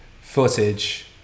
footage